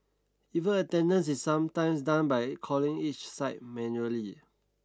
even attendance is sometimes done by calling each site manually